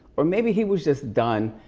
or maybe he was just done,